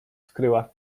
skryła